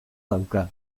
dauka